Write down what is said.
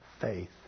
faith